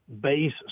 base